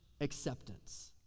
acceptance